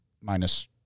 minus